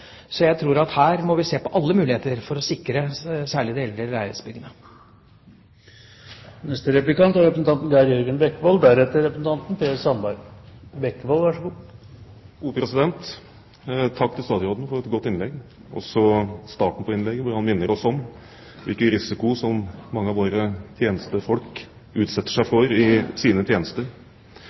så avansert – koster ikke mer enn å legge parkett i en leilighet. Så jeg tror at her må vi se på alle muligheter for å sikre særlig de eldre leilighetsbyggene. Takk til statsråden for et godt innlegg, også for starten på innlegget, hvor han minner oss om hvilken risiko som mange av våre tjenestefolk utsetter seg for i